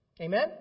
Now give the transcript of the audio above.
Amen